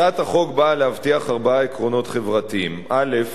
הצעת החוק באה להבטיח ארבעה עקרונות חברתיים: א.